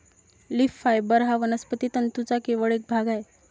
leaf fibre हा वनस्पती तंतूंचा केवळ एक भाग आहे